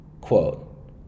Quote